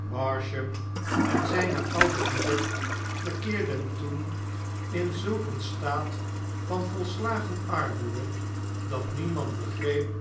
barsham en zyne oude moeder verkeerden toen in zulk een staat van volslagen armoede dat niemand begreep